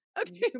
okay